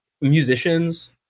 musicians